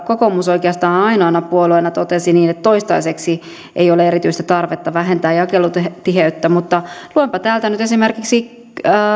kokoomus oikeastaan ainoana puolueena totesi niin että toistaiseksi ei ole erityistä tarvetta vähentää jakelutiheyttä mutta luenpa täältä nyt esimerkiksi